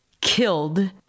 killed